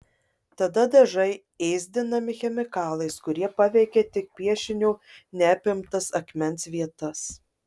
tada dažai ėsdinami chemikalais kurie paveikia tik piešinio neapimtas akmens vietas